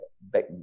Back